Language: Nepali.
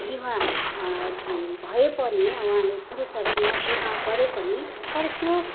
विवाह भए पनि उहाँले पुरुषहरूसँग विवाह गरे पनि तर त्यो